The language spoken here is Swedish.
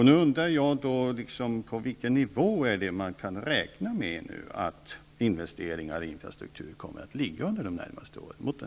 Nu undrar jag på vilken nivå man kan räkna med att investeringar på infrastrukturen kommer att ligga under de närmaste åren.